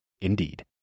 Indeed